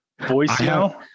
voicemail